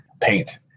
paint